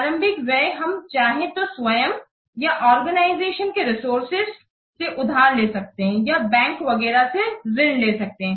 प्रारंभिक व्यय हम चाहे तो स्वयं संगठन के रिसोर्सेज से उधार ले सकते हैं या बैंकों वगैरह से ऋण ले सकते हैं